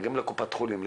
מגיעים לקופת חולים,